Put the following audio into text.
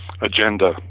agenda